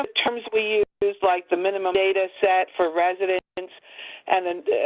terms we use like the minimum dataset for residents and then